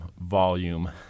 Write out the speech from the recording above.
volume